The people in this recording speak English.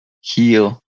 heal